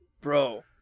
Bro